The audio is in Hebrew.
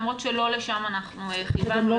למרות שלא לשם אנחנו כיוונו.